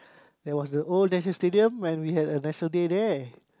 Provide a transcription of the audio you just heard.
that was the old National-Stadium when we had a National-Day there